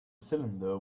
cylinder